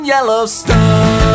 Yellowstone